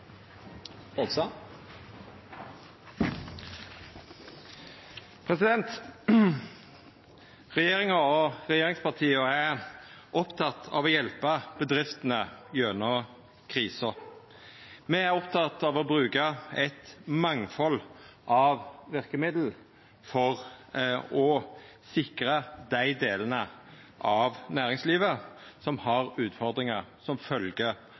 regjeringspartia er opptekne av å hjelpa bedriftene gjennom krisa. Me er opptekne av å bruka eit mangfald av verkemiddel for å sikra dei delane av næringslivet som har utfordringar som